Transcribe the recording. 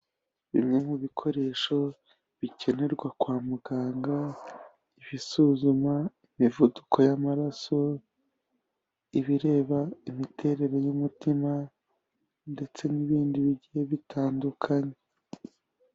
Bimwe mu bikoresho bikenerwa kwa muganga, bisuzuma imivuduko y'amaraso, ibireba imiterere y'umutima ndetse n'ibindi bigiye bitandukanye.